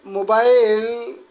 mobile